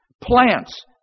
plants